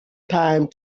time